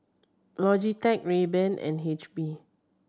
Logitech Rayban and H P